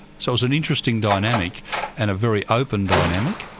so it was an interesting dynamic and a very open dynamic.